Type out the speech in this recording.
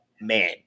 man